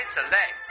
Select